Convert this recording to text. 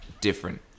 different